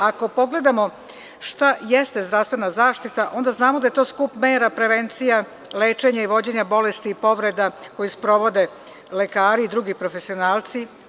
Ako pogledamo šta jeste zdravstvena zaštita, onda znamo da je to skup mera, prevencija, lečenja i vođenja bolesti, povreda koje sprovode lekari i drugi profesionalci.